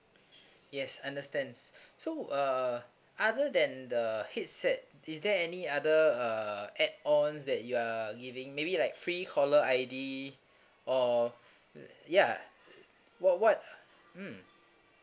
yes understand so uh other than the headset is there any other uh add ons that you're giving maybe like free caller I_D or ya what what mm